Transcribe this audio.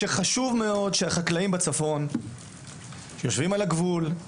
שחשוב מאוד שהחקלאים בצפון יושבים על הגבול,